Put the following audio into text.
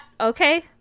Okay